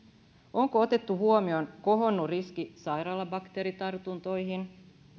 onko otettu huomioon kohonnut riski sairaalabakteeritartuntoihin